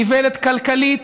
היא איוולת כלכלית.